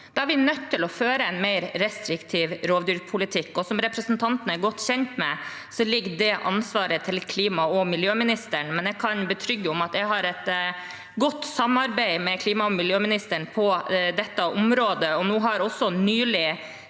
da er vi nødt til å føre en mer restriktiv rovdyrpolitikk. Som representanten er godt kjent med, ligger det ansvaret til klima- og miljøministeren, men jeg kan betrygge om at jeg har et godt samarbeid med klima- og miljøministeren på dette området, og nå har også nylig